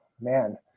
man